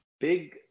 big